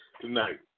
tonight